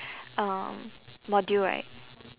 um module right